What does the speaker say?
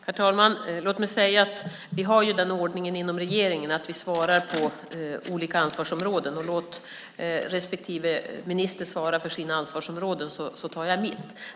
Herr talman! Låt mig säga att vi har den ordningen inom regeringen att vi svarar för olika ansvarsområden. Låt respektive minister svara för sina ansvarsområden, så tar jag mitt!